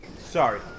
Sorry